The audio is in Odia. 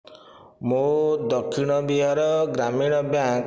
ମୋ ଦକ୍ଷିଣ ବିହାର ଗ୍ରାମୀଣ ବ୍ୟାଙ୍କ୍